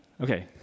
Okay